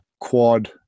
quad